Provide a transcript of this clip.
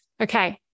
Okay